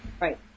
Right